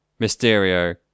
Mysterio